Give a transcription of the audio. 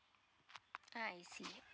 all right